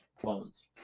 phones